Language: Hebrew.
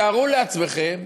תארו לעצמכם